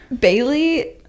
Bailey